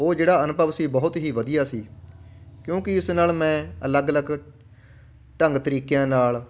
ਉਹ ਜਿਹੜਾ ਅਨੁਭਵ ਸੀ ਬਹੁਤ ਹੀ ਵਧੀਆ ਸੀ ਕਿਉਂਕਿ ਇਸ ਨਾਲ ਮੈਂ ਅਲੱਗ ਅਲੱਗ ਢੰਗ ਤਰੀਕਿਆਂ ਨਾਲ